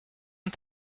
and